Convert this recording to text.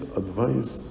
advice